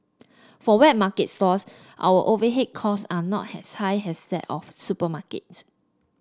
for wet market stalls our overhead costs are not as high as that of supermarkets